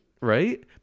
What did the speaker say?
Right